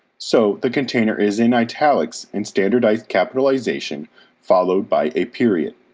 so the container is in italics, in standardized capitalization followed by a period.